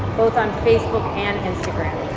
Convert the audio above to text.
both on facebook and instagram?